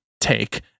take